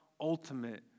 ultimate